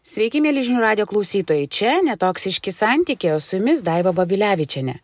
sveiki mieli žinių radijo klausytojai čia netoksiški santykiai o su jumis daiva babilevičienė